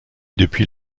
depuis